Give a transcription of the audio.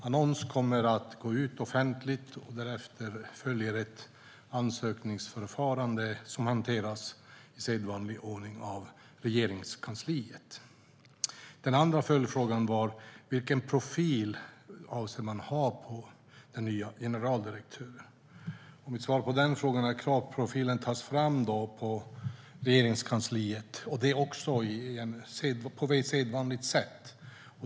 Annons kommer att gå ut offentligt, och därefter följer ett ansökningsförfarande som hanteras i sedvanlig ordning av Regeringskansliet. Den andra frågan gällde profilen på den nya generaldirektören. Mitt svar på den frågan är att kravprofilen tas fram på Regeringskansliet på sedvanligt sätt.